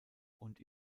und